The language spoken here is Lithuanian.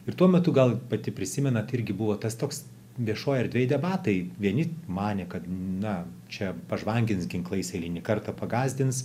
ir tuo metu gal pati prisimenat irgi buvo tas toks viešoj erdvėj debatai vieni manė kad na čia pažvangins ginklais eilinį kartą pagąsdins